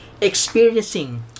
experiencing